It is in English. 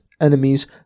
enemies